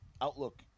outlook